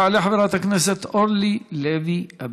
תעלה חברת הכנסת אורלי לוי אבקסיס,